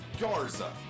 Garza